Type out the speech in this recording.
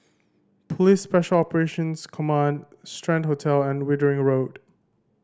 Police Special Operations Command Strand Hotel and Wittering Road